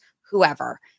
whoever